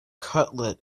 cutlet